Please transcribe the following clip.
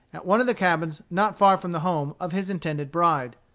at one of the cabins not far from the home of his intended bride.